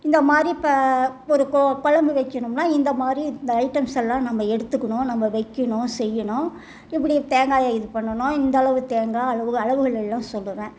இந்த மாதிரி இப்போ ஒரு கொ கொழம்பு வைக்கணும்னால் இந்த மாதிரி இந்த ஐட்டம்ஸ் எல்லாம் நம்ம எடுத்துக்கணும் நம்ப வைக்கணும் செய்யணும் இப்படி தேங்காயை இது பண்ணணும் இந்த அளவு தேங்காய் அளவுகள் அளவுகளெல்லாம் சொல்லுவேன்